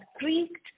creaked